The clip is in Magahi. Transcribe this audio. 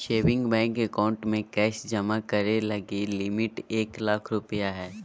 सेविंग बैंक अकाउंट में कैश जमा करे लगी लिमिट एक लाख रु हइ